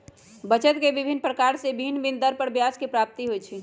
बचत के विभिन्न प्रकार से भिन्न भिन्न दर पर ब्याज के प्राप्ति होइ छइ